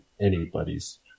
anybody's